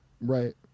Right